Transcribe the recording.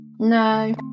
No